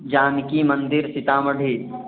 Janaki Mandir Sitamarhi